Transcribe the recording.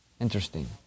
Interesting